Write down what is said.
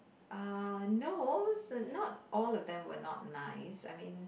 uh no not all of them were not nice I mean